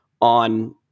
on